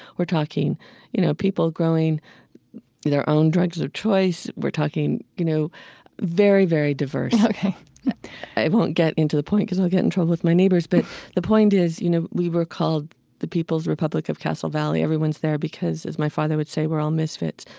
we're talking you know people growing their own drugs of choice. we're talking you know very, very diverse ok i won't get into the point because i'll get in trouble with my neighbors but the point is, you know, we were called the people's republic of castle valley. everyone's there because, as my father would say, we're all misfits.